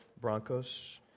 Broncos